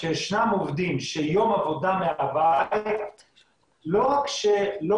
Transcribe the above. שישנם עובדים שיום עבודה מהבית לא רק שלא